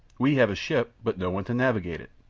we have a ship, but no one to navigate it.